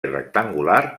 rectangular